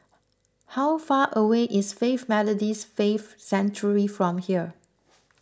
how far away is Faith Methodist Faith Sanctuary from here